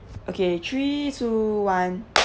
okay three two one